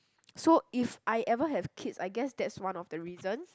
so if I ever have kids I guess that's one of the reasons